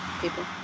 people